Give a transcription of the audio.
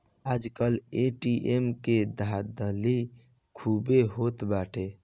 आजकल ए.टी.एम के धाधली खूबे होत बाटे